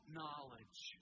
knowledge